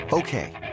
Okay